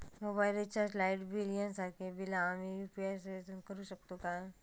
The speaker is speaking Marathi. मोबाईल रिचार्ज, लाईट बिल यांसारखी बिला आम्ही यू.पी.आय सेवेतून करू शकतू काय?